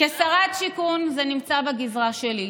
כשרת שיכון זה נמצא בגזרה שלי,